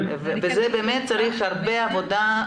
צריכה להיעשות הרבה עבודה.